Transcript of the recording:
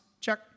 check